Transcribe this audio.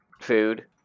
food